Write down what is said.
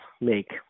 make